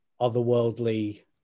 otherworldly